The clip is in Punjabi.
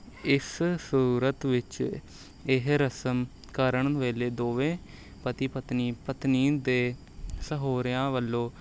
ਇਸ ਸੂਰਤ ਵਿੱਚ ਇਹ ਰਸਮ ਕਰਨ ਵੇਲੇ ਦੋਵੇਂ ਪਤੀ ਪਤਨੀ ਪਤਨੀ ਦੇ ਸਹੁਰਿਆਂ ਵੱਲੋਂ